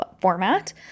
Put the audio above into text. format